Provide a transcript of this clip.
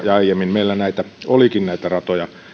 ja aiemmin meillä näitä ratoja olikin